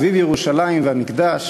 סביב ירושלים והמקדש